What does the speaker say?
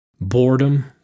boredom